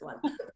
one